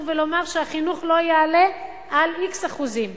ולומר שהחינוך לא יעלה על x אחוזים,